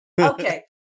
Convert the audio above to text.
okay